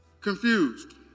confused